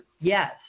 Yes